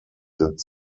sind